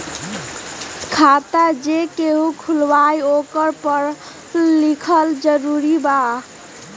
खाता जे केहु खुलवाई ओकरा परल लिखल जरूरी वा?